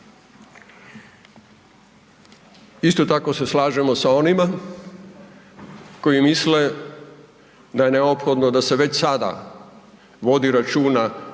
Isto tako se slažemo sa onima koji misle da je neophodno da se već sada vodi računa